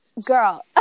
girl